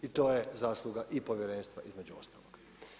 I to je zasluga i povjerenstva između ostaloga.